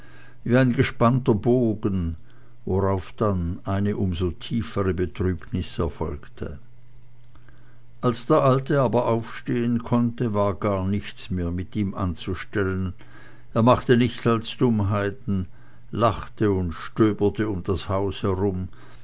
wie ein gespannter bogen worauf dann eine um so tiefere betrübnis erfolgte als der alte aber aufstehen konnte war gar nichts mehr mit ihm anzustellen er machte nichts als dummheiten lachte und stöberte um das haus herum